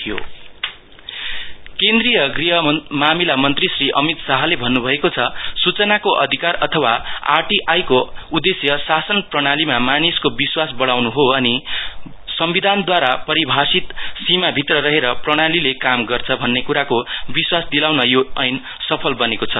union home minister केन्द्रिय गृह मामिला मन्त्री श्री अमित शाहले भन्नुभएको छ सुचनाको अधिकार अथवा आर टी आइ को उदेश्य शासन प्रणालीमा मानिसको विस्वास बढाउनु हो अनि संविधानदूवारा परिभाषित सिमा भित्र रहेर प्रणाली ले काम गर्छ भन्नेकुराको विस्वास दिलाउन यो ऐन सफल बनेको छ